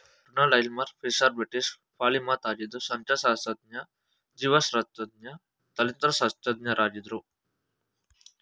Ronald Aylmer Fisher British polymath ಆಗಿದ್ದು ಸಂಖ್ಯಾಶಾಸ್ತ್ರಜ್ಞ ಜೀವಶಾಸ್ತ್ರಜ್ಞ ತಳಿಶಾಸ್ತ್ರಜ್ಞರಾಗಿದ್ರು